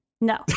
No